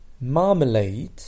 marmalade